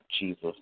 Jesus